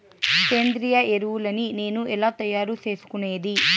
సేంద్రియ ఎరువులని నేను ఎలా తయారు చేసుకునేది?